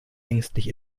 ängstlich